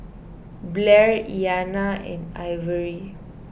Blair Iyana and Ivory